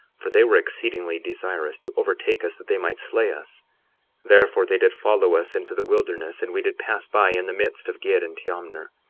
for they were exceedingly desirous to overtake us that they might slay us therefore they did follow us into the wilderness and we did pass by in the midst of gid and teomner,